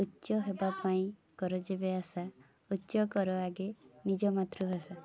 ଉଚ୍ଚ ହେବା ପାଇଁ କର ଯେବେ ଆଶା ଉଚ୍ଚ କର ଆଗେ ନିଜ ମାତୃଭାଷା